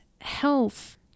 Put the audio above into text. health